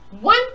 one